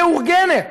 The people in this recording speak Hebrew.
מאורגנת,